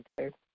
Okay